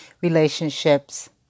Relationships